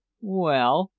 well,